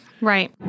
Right